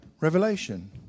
revelation